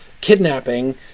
kidnapping